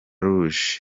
rouge